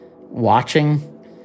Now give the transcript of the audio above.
watching